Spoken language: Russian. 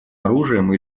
оружием